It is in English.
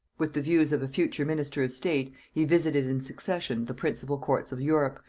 with the views of a future minister of state, he visited in succession the principal courts of europe,